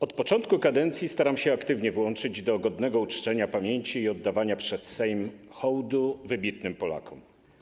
Od początku kadencji staram się aktywnie włączać do godnego uczczenia pamięci i oddawania przez Sejm hołdu wybitnym Polakom.